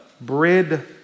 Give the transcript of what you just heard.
bread